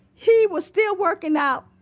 he was still working out,